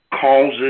causes